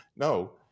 No